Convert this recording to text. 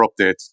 updates